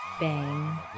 Bang